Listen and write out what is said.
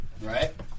Right